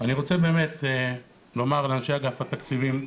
אני רוצה לומר לאנשי אגף התקציבים,